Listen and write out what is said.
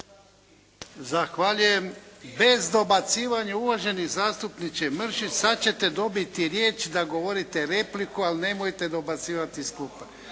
Zahvaljujem. Bez dobacivanja uvaženi zastupniče Mršić, sada ćete dobit riječ da govorite repliku, ali nemojte dobacivati iz klupe.